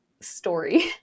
story